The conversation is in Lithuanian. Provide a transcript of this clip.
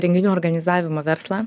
renginių organizavimo verslą